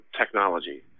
technology